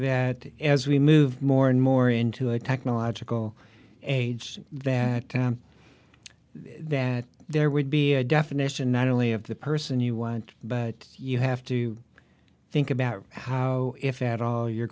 that as we move more and more into a technological age that that there would be a definition not only of the person you want but you have to think about how if at all you're